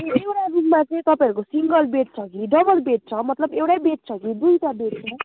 एउटा रुममा चाहिँ तपाईँहरूको सिङ्गल बेड छ कि डबल बेड छ मतलब एउटै बेड छ कि दुईवटा बेड छ